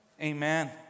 Amen